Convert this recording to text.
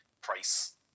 Price